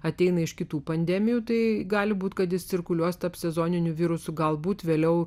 ateina iš kitų pandemijų tai gali būti kad jis cirkuliuos tarp sezoninių virusų galbūt vėliau